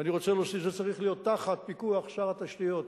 ואני רוצה להוסיף שזה צריך להיות תחת פיקוח שר התשתיות,